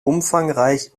umfangreich